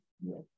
Yes